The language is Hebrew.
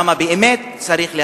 שם באמת צריך,